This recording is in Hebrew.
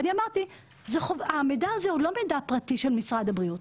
אני אמרתי שהמידע הזה הוא לא מידע פרטי של משרד הבריאות,